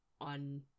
on